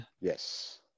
Yes